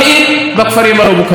ללא מציאת פתרונות.